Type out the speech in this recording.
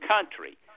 country